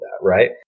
right